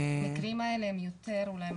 המקרים האלה הם יותר מובנים,